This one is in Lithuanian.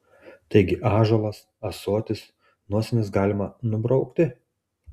taigi ąžuolas ąsotis nosines galima nubraukti